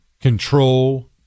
control